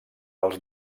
els